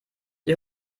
die